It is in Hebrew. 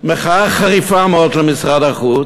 במחאה חריפה למשרד החוץ,